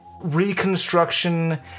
Reconstruction